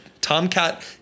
Tomcat